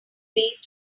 bathed